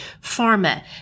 pharma